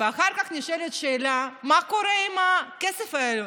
ואחר כך נשאלת השאלה מה קורה עם הכסף הזה,